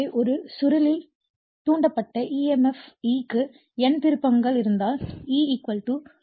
எனவே ஒரு சுருளில் தூண்டப்பட்ட EMF E க்கு N திருப்பங்கள் இருந்தால் E N d∅ dt